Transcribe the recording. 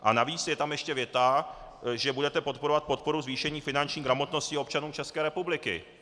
A navíc je tam ještě věta, že budete podporovat podporu zvýšení finanční gramotnosti občanů České republiky.